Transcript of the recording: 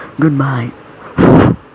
goodbye